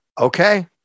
Okay